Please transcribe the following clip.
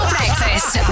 Breakfast